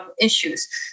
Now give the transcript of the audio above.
issues